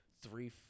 three